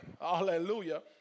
Hallelujah